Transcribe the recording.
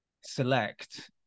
select